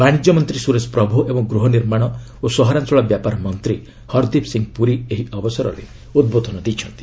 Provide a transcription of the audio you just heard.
ବାଣିଜ୍ୟ ମନ୍ତ୍ରୀ ସୁରେଶ ପ୍ରଭୁ ଏବଂ ଗୃହ ନିର୍ମାଣ ଓ ସହରାଞ୍ଚଳ ବ୍ୟାପାର ମନ୍ତ୍ରୀ ହରଦିପ୍ ସିଂ ପୁରୀ ଏହି ଅବସରରେ ଉଦ୍ବୋଧନ ଦେଇଛନ୍ତି